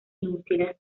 inutile